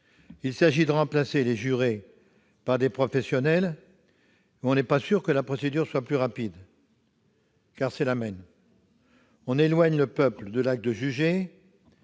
il s'agit de remplacer les jurés par des professionnels, mais on n'est pas sûr que la procédure soit plus rapide. Ce faisant, on éloigne le peuple de l'acte de juger.